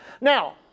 Now